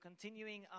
continuing